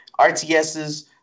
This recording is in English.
RTSs